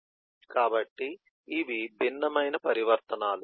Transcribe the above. కాబట్టి ఇవి భిన్నమైన పరివర్తనాలు